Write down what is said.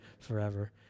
forever